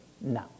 No